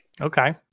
Okay